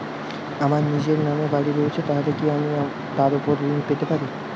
আমার নিজের নামে বাড়ী রয়েছে তাহলে কি আমি তার ওপর ঋণ পেতে পারি?